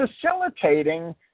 facilitating